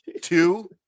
two